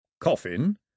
Coffin